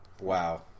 Wow